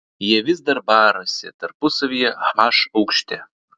jie vis dar barasi tarpusavyje h aukšte